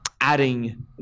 adding